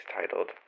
titled